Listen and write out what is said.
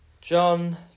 john